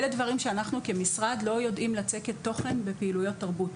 אלה דברים שאנחנו כמשרד לא יודעים לצקת תוכן בפעילויות תרבות.